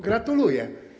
Gratuluję.